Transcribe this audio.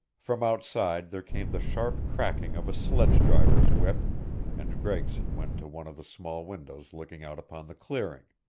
from outside there came the sharp cracking of a sledge-driver's whip and gregson went to one of the small windows looking out upon the clearing.